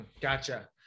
Gotcha